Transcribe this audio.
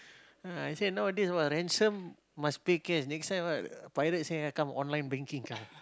I say nowadays !wah! ransom must pay cash next time ah pirate say come online banking come